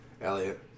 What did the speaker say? Elliot